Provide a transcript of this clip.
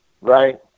right